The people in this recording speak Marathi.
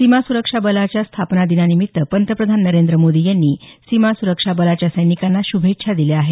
सीमा सुरक्षा बलाच्या स्थापना दिनानिमित्त पंतप्रधान नरेंद्र मोदी यांनी सीमा सुरक्षाबलाच्या सैनिकांना श्भेछा दिल्या आहेत